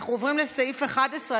אנחנו עוברים לסעיף 11,